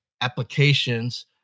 applications